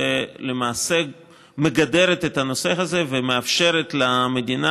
ולמעשה מגדרת את הנושא הזה ומאפשרת למדינה